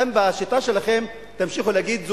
אתם בשיטה שלכם תמשיכו להגיד,